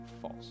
False